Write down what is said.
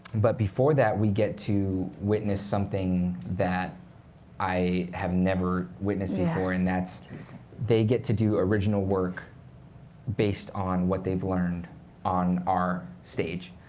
but before that, we get to witness something that i have never witnessed before. and that's they get to do original work based on what they've learned on our stage.